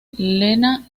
lena